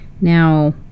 Now